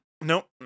Nope